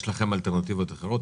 אבל יש לכם אלטרנטיבות אחרות?